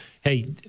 hey